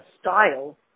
style